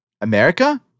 America